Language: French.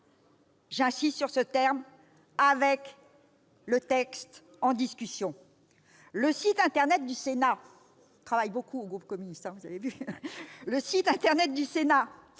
j'insiste sur ces termes -, avec le texte en discussion. Sur le site internet du Sénat,